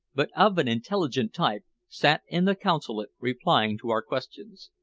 but of an intelligent type, sat in the consulate replying to our questions.